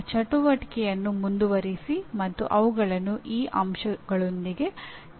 ಆ ಚಟುವಟಿಕೆಯನ್ನು ಮುಂದುವರಿಸಿ ಮತ್ತು ಅವುಗಳನ್ನು ಈ ಅಂಶಗಳೊಂದಿಗೆ ಟ್ಯಾಗ್ ಮಾಡಿ